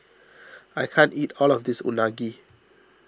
I can't eat all of this Unagi